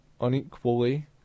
unequally